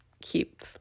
keep